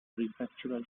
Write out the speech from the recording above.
prefectural